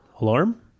alarm